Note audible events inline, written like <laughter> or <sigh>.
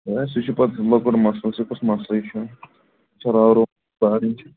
ہے سُہ چھُ پَتہٕ لۅکُٹ مَسلہٕ سُہ کُس مَسلے چھُ <unintelligible>